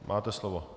Máte slovo.